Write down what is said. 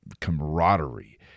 camaraderie